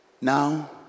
Now